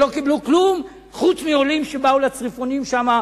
שלא קיבלו כלום מלבד עולים שבאו לצריפונים שם,